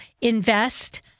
invest